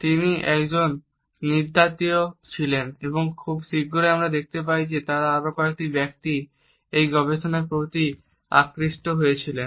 তিনি একজন নৃতাত্ত্বিক ছিলেন এবং খুব শীঘ্রই আমরা দেখতে পাই যে আরও বেশ কয়েকজন ব্যক্তি এই গবেষণার প্রতি আকৃষ্ট হয়েছিলেন